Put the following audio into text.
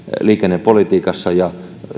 liikennepolitiikassa ja